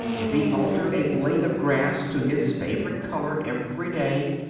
if he altered a blade of grass to his favourite colour every day,